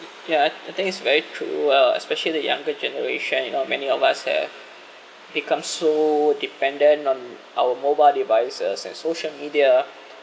ya I I think is very true ah especially the younger generation you know many of us have become so dependent on our mobile devices and social media